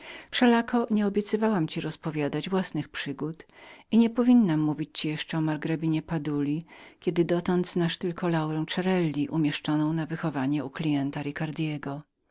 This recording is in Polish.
nie obiecałam ci rozpowiadać własnych przygód i nie powinnam mówić ci jeszcze o margrabinie baduli kiedy dotąd znasz tylko laurę cerelli umieszczoną na wychowaniu u klienta